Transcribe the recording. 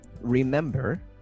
Remember